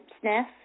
sniff